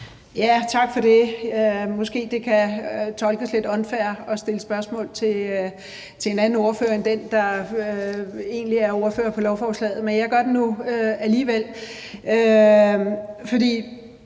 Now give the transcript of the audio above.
Tak for det. Måske kan det tolkes som lidt unfair at stille spørgsmål til en anden ordfører end den, der egentlig er ordfører på lovforslaget, men jeg gør det nu alligevel.